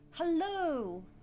Hello